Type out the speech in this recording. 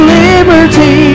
liberty